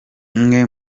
umwe